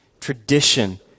tradition